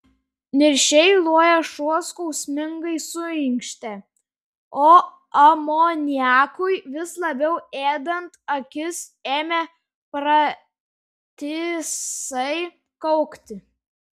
niršiai lojęs šuo skausmingai suinkštė o amoniakui vis labiau ėdant akis ėmė pratisai kaukti